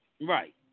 Right